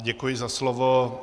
Děkuji za slovo.